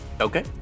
okay